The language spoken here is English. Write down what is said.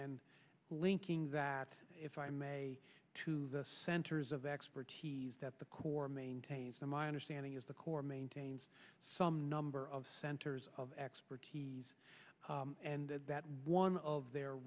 and linking that if i may to the centers of expertise that the corps maintains that my understanding is the corps maintains some number of centers of expertise and that one of their